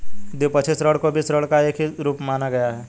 द्विपक्षीय ऋण को भी ऋण का ही एक रूप माना गया है